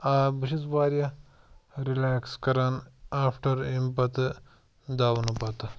آ بہٕ چھُس وارِیاہ رِلیکٕس کَران آفٹَر امہِ پَتہٕ دَونہٕ پَتہٕ